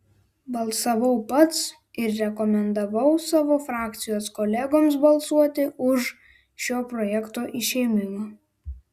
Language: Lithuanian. balsavau pats ir rekomendavau savo frakcijos kolegoms balsuoti už šio projekto išėmimą